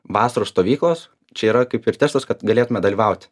vasaros stovyklos čia yra kaip ir testas kad galėtume dalyvauti